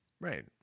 Right